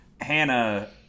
Hannah